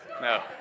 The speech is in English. No